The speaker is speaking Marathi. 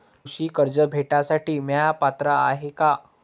कृषी कर्ज भेटासाठी म्या पात्र हाय का?